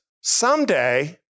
someday